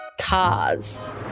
Cars